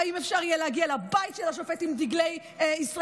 האם אפשר יהיה להגיע לבית של השופט עם דגלי ישראל?